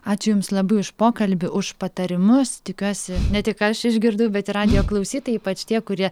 ačiū jums labai už pokalbį už patarimus tikiuosi ne tik aš išgirdau bet ir radijo klausytojai ypač tie kurie